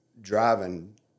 driving